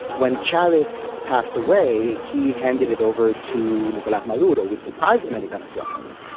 when chavez passed away, he handed it over to nicolas maduro, which surprised many venezuelans,